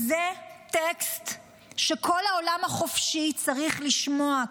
זה טקסט שכל העולם החופשי צריך לשמוע,